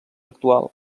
actual